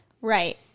Right